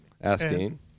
Asking